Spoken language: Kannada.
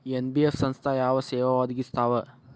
ಎನ್.ಬಿ.ಎಫ್ ಸಂಸ್ಥಾ ಯಾವ ಸೇವಾ ಒದಗಿಸ್ತಾವ?